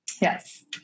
Yes